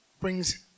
brings